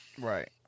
Right